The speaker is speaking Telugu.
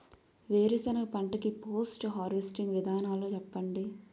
వేరుసెనగ పంట కి పోస్ట్ హార్వెస్టింగ్ విధానాలు చెప్పండీ?